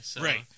Right